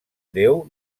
déu